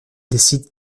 décide